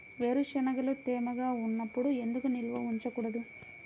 వేరుశనగలు తేమగా ఉన్నప్పుడు ఎందుకు నిల్వ ఉంచకూడదు?